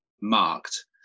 marked